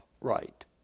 right